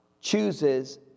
chooses